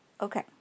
okay